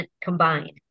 combined